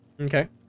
Okay